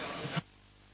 Hvala